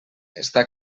està